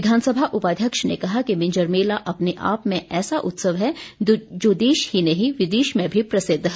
विधानसभा उपाध्यक्ष ने कहा कि मिंजर मेला अपने आप में ऐसा उत्सव है जो देश ही नहीं विदेश में भी प्रसिद्ध है